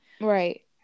Right